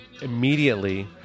Immediately